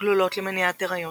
גלולות למניעת הריון,